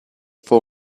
for